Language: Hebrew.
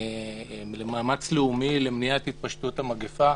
מאמץ לאומי למניעת התפשטות המגפה,